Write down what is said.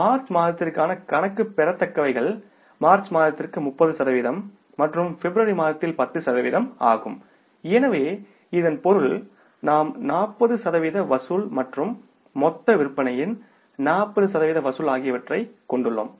March மாதத்திற்கான கணக்கு பெறத்தக்கவைகள் மார்ச் மாதத்திற்கு 30 சதவிகிதம் மற்றும் பிப்ரவரி மாதத்தில் 10 சதவிகிதம் ஆகும் எனவே இதன் பொருள் நாம் 40 சதவிகித வசூல் மற்றும் மொத்த விற்பனையின் 40 சதவிகித வசூல் ஆகியவற்றைக் கொண்டுள்ளோம்